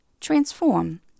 transform